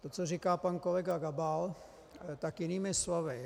To, co říká pan kolega Gabal, tak jinými slovy.